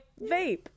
vape